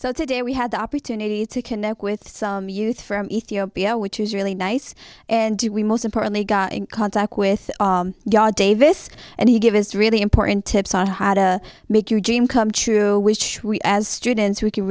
so today we had the opportunity to connect with some youth from ethiopia which is really nice and do we most importantly got in contact with god davis and he gave us really important tips on how to make your dream come true which we as students who can